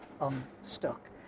unstuck